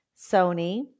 Sony